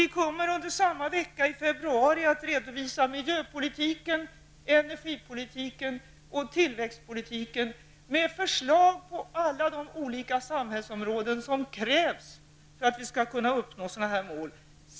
Vi kommer under samma vecka i februari att redovisa miljöpolitiken, energipolitiken och tillväxtpolitiken med de förslag på alla de olika samhällsområdena som krävs för att uppnå målen.